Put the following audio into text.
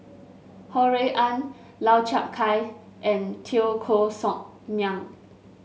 Ho Rui An Lau Chiap Khai and Teo Koh Sock Miang